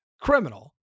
Criminal